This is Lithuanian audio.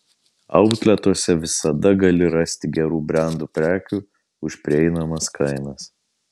autletuose visada gali rasti gerų brendų prekių už prieinamas kainas